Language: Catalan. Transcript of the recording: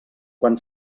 quan